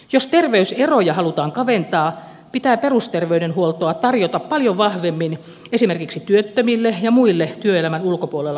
jos terveyseroja halutaan kaventaa pitää perusterveydenhuoltoa tarjota paljon vahvemmin esimerkiksi työttömille ja muille työelämän ulkopuolella oleville